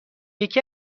یکی